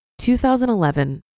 2011